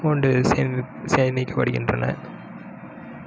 amount சேமி சேமிக்கப்படுகின்றன